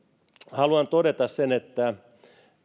haluan todeta sen että